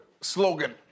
slogan